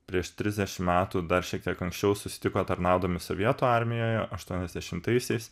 prieš trisdešim metų dar šiek tiek anksčiau susitiko tarnaudami sovietų armijoje aštuoniasdešimtaisiais